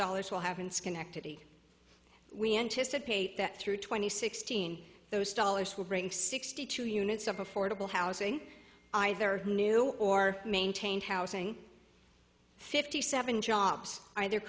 dollars will have in schenectady we anticipate that through twenty sixteen those dollars will bring sixty two units of affordable housing either new or maintained housing fifty seven jobs either